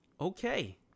Okay